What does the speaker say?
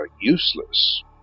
useless